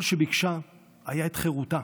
כל שביקשה היה את חירותה.